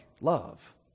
love